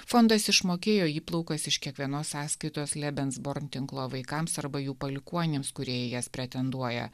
fondas išmokėjo įplaukas iš kiekvienos sąskaitos lebensborn tinklo vaikams arba jų palikuonims kurie į jas pretenduoja